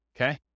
Okay